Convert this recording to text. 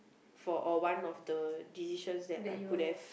for uh one of the decisions that I could have